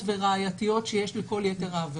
וראייתיות היות שיש לכל יתר העבירות.